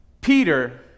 Peter